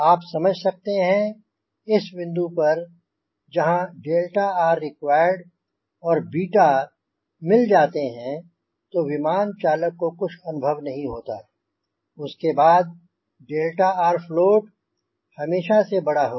आप समझ सकते हैं इस बिंदु पर जहाँ 𝛿rrequiredऔर बीटा मिल जाते हैं तो विमान चालक को कुछ अनुभव नहीं होता और उसके बाद 𝛿rfloatहमेशा से बड़ा होगा